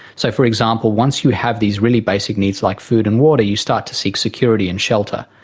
so, for example, once you have these really basic needs like food and water you start to seek security and shelter.